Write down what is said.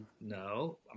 No